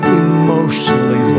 emotionally